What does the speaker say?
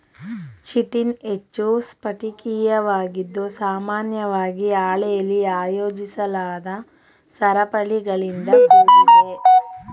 chitin ಹೆಚ್ಚು ಸ್ಫಟಿಕೀಯವಾಗಿದ್ದು ಸಾಮಾನ್ಯವಾಗಿ ಹಾಳೆಲಿ ಆಯೋಜಿಸಲಾದ ಸರಪಳಿಗಳಿಂದ ಕೂಡಿದೆ